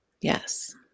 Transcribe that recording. Yes